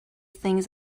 things